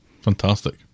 fantastic